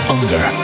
Unger